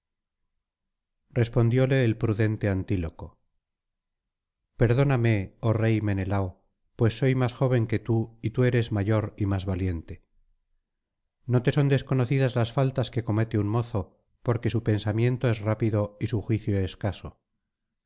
respondióle el prudente antíloco perdóname oh rey menelao pues soy más joven y tú eres mayor y más valiente no te son desconocidas las faltas que comete un mozo porque su pensamiento es rápido y su juicio escaso